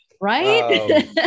right